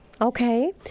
Okay